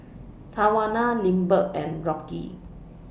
Tawana Lindbergh and Rocky